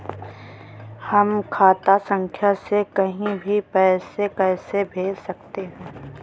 हम खाता संख्या से कहीं भी पैसे कैसे भेज सकते हैं?